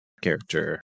character